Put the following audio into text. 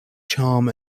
charm